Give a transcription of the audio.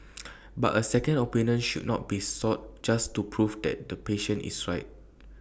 but A second opinion should not be sought just to prove that the patient is right